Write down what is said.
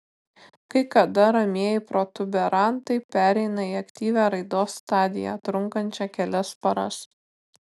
kai kada ramieji protuberantai pereina į aktyvią raidos stadiją trunkančią kelias paras